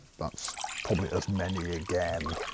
but so probably as many again,